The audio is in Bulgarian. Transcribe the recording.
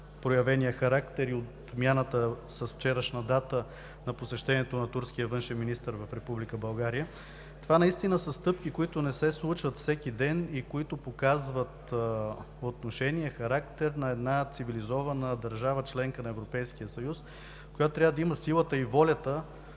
проявения характер и отмяната с вчерашна дата на посещението на турския външен министър в Република България. Това наистина са стъпки, които не се случват всеки ден и които показват отношение, характер на една цивилизована държава – членка на Европейския съюз, която трябва да има силата и волята